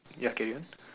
ya okay go on